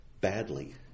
badly